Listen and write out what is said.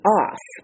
off